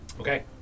Okay